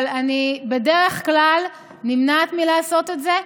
אבל אני בדרך כלל נמנעת מלעשות את זה.